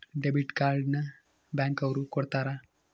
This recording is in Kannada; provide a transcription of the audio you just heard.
ಡೆಬಿಟ್ ಕಾರ್ಡ್ ನ ಬ್ಯಾಂಕ್ ಅವ್ರು ಕೊಡ್ತಾರ